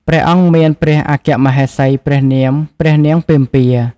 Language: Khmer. ព្រះអង្គមានព្រះអគ្គមហេសីព្រះនាមព្រះនាងពិម្ពា។